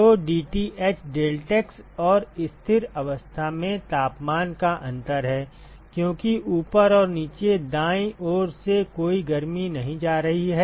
तो dTh delta x और स्थिर अवस्था में तापमान का अंतर है क्योंकि ऊपर और नीचे दाईं ओर से कोई गर्मी नहीं जा रही है